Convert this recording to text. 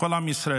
כל עם ישראל.